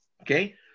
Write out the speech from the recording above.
Okay